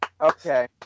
Okay